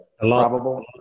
probable